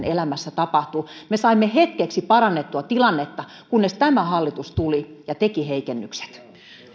elämässä aidosti tapahtuu me saimme hetkeksi parannettua tilannetta kunnes tämä hallitus tuli ja teki heikennykset